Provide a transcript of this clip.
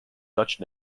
dutch